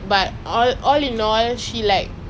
ya anyways tell me about the dissociative disorder